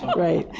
right.